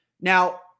Now